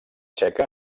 txeca